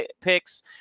picks